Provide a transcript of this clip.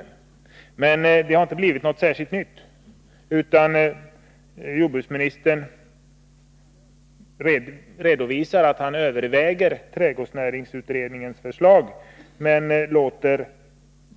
Särskilt mycket nytt framförs emellertid inte, utan jordbruksministern redovisar att han överväger trädgårdsnäringens förslag, men låter